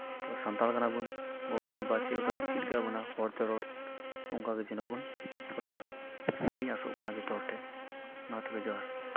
ᱥᱟᱱᱛᱟᱲ ᱠᱟᱱᱟ ᱵᱚᱱ ᱜᱚᱜᱚᱼᱵᱟᱵᱟ ᱪᱮᱫ ᱞᱮᱠᱟ ᱠᱚ ᱪᱮᱫ ᱠᱟᱜ ᱵᱚᱱᱟ ᱦᱚᱲᱛᱮ ᱨᱚᱲ ᱚᱱᱠᱟᱜᱮ ᱡᱮᱱᱚ ᱵᱚᱱ ᱨᱚᱲᱼᱟ ᱱᱤᱭᱟᱹᱜᱤᱧ ᱟᱥᱚᱜ ᱠᱟᱱᱟ ᱡᱚᱛᱚ ᱦᱚᱲ ᱴᱷᱮᱡ ᱢᱟ ᱛᱚᱵᱮ ᱡᱚᱦᱟᱨ